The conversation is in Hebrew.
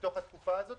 בתוך התקופה הזאת,